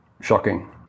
Shocking